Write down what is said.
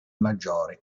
maggiori